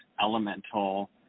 elemental